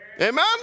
amen